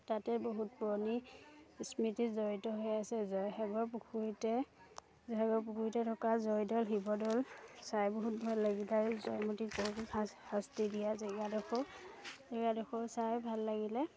তাতে বহুত পুৰণি স্মৃতি জড়িত হৈ আছে জয়সাগৰ পুখুৰীতে জয়সাগৰ পুখুৰীতে থকা জয়দৌল শিৱদৌল চাই বহুত ভাল লাগিলে আৰু জয়মতী শাস্তি দিয়া জেগাডোখৰ জেগাডোখৰো চাই ভাল লাগিলে